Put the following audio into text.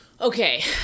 Okay